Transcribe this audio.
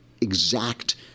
exact